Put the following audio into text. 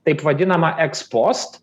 taip vadinamą eks post